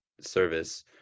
service